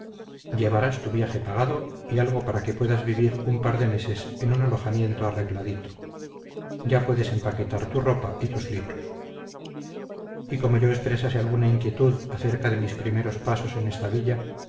llevarás tu viaje pagado y algo para que puedas vivir un par de meses en un alojamiento arregladito ya puedes empaquetar tu ropa y tus libros y como yo expresase alguna inquietud acerca de mis primeros pasos en esta villa